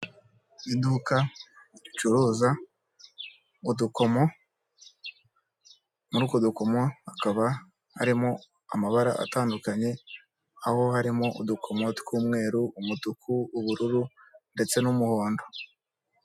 Iduka ricuruza udukomo muri utwo dukomo hakaba harimo amabara atandukanye, aho harimo udukomo tw'umweru, umutuku, ubururu, ndetse n'umuhondo.